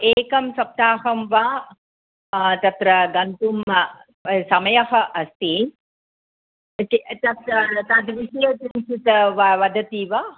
एकं सप्ताहं वा तत्र गन्तुं समयः अस्ति क् च् तत् तद्विषये किञ्चित् व वदति वा